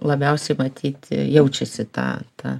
labiausiai matyt jaučiasi ta ta